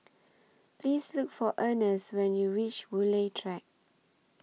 Please Look For Ernest when YOU REACH Woodleigh Track